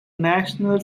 national